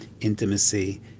Intimacy